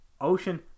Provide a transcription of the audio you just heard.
Ocean